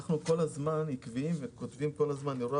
אנחנו כל הזמן עקבים וכותבים "אירוע